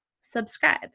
subscribe